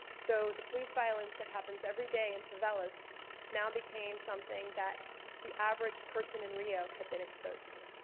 so the police violence that happens every day in favelas now became something that the average person in rio had been exposed to.